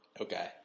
Okay